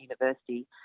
university